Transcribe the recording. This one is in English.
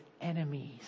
enemies